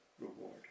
reward